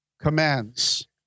commands